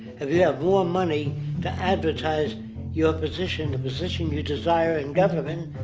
have yeah more money to advertise your position, the position you desire in government,